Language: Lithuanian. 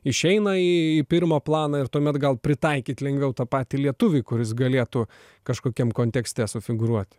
išeina į pirmą planą ir tuomet gal pritaikyt lengviau tą patį lietuvį kuris galėtų kažkokiam kontekste sufigūruoti